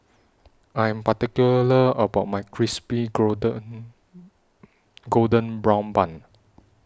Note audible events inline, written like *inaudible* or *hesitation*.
I Am particular about My Crispy Golden *hesitation* Golden Brown Bun